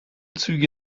züge